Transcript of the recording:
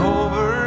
over